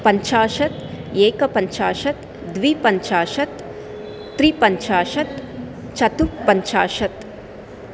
पञ्चाशत् एकपञ्चाशत् द्विपञ्चाशत् त्रिपञ्चाशत् चतुः पञ्चाशत्